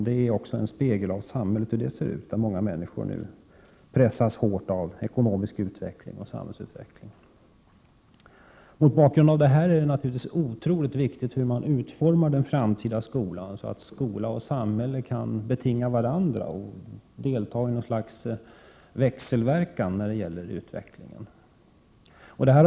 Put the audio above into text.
Detta är också en spegelbild av samhället. Många människor pressas för närvarande hårt av ekonomisk utveckling och samhällsutveckling. Mot bakgrund av detta är det naturligtvis otroligt viktigt hur den framtida skolan utformas. Skolan och samhället skall kunna så att säga betinga varandra och delta i något slags växelverkan när det gäller utvecklingen.